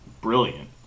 brilliant